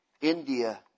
India